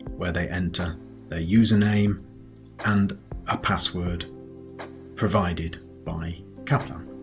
where they enter a username and a password provided by.